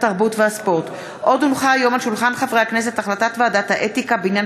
התרבות והספורט, הצעת חוק התכנון